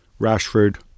Rashford